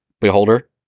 beholder